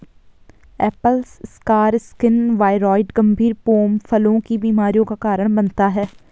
Apple scar skin viroid गंभीर pome फलों की बीमारियों का कारण बनता है